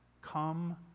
come